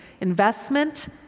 Investment